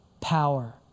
power